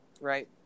right